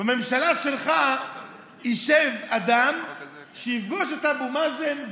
בממשלה שלך ישב אדם שיפגוש את אבו מאזן,